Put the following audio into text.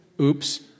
Oops